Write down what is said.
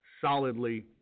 solidly